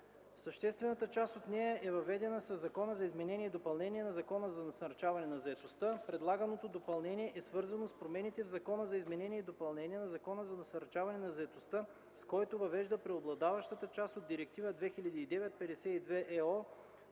Съществената част от нея е въведена със Закона за изменение и допълнение на Закона за насърчаване на заетостта. Предлаганото допълнение е свързано с промените в Закона за изменение и допълнение на Закона за насърчаване на заетостта, с които въвежда преобладаващата част от Директива 2009/52/ЕО,